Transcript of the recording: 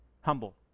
humble